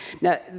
Now